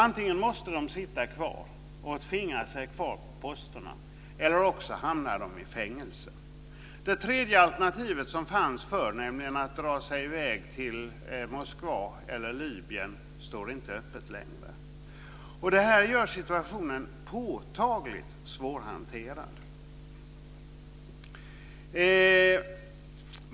Antingen måste de sitta kvar och tvinga sig kvar på posten, eller också hamnar de i fängelse. Det tredje alternativ som fanns förr, att dra sig i väg till Moskva eller Libyen, står inte öppet längre. Det här gör situationen påtagligt svårhanterlig.